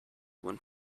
when